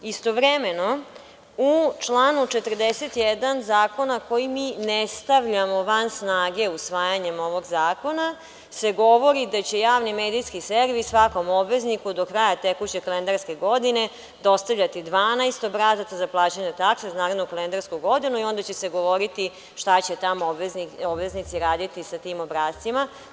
Istovremeno u članu 41. zakona koji mi ne stavljamo van snage usvajanjem ovog zakona se govori da će javni medijski servis svakom obvezniku do kraja tekuće kalendarske godine dostavljati 12 obrazaca za plaćanje takse za narednu kalendarsku godinu i onda će se govoriti šta će tamo obveznici raditi sa tim obrascima.